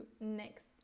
next